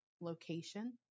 location